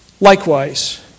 Likewise